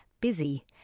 Busy